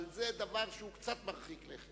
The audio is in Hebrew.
אבל זה דבר שהוא קצת מרחיק לכת.